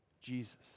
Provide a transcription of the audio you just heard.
Jesus